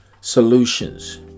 solutions